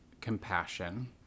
compassion